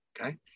Okay